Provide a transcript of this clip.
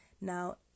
Now